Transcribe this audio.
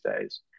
days